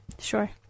Sure